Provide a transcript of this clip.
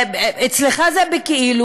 אצלך זה בכאילו.